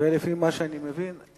לפי מה שאני מבין,